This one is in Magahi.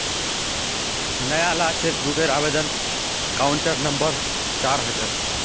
नयाला चेकबूकेर आवेदन काउंटर नंबर चार ह छेक